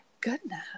Goodness